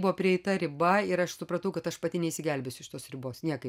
buvo prieita riba ir aš supratau kad aš pati neišsigelbėsiu iš tos ribos niekaip